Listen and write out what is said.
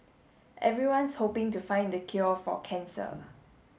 everyone's hoping to find the cure for cancer